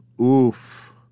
oof